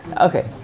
Okay